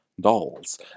Dolls